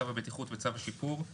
צו הבטיחות וצו השיפור.